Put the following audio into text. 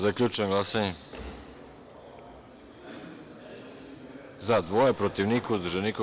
Zaključujem glasanje: za - dvoje, protiv - niko, uzdržanih - nema.